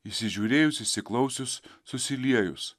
įsižiūrėjus įsiklausius susiliejus